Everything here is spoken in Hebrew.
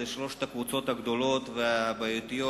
אלה שלוש הקבוצות הגדולות והבעייתיות,